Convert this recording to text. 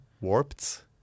warped